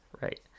right